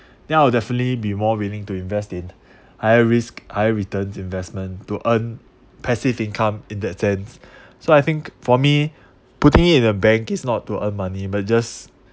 then I will definitely be more willing to invest in high risk high returns investment to earn passive income in that sense so I think for me putting it in the bank is not to earn money but just